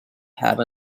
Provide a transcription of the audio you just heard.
have